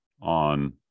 on